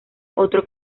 otro